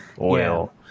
oil